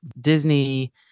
Disney